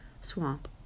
swamp